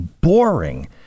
boring